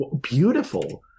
beautiful